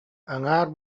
аҥаар